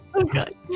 Okay